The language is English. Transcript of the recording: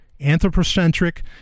anthropocentric